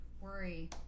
worry